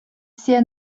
все